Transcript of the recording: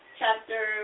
chapter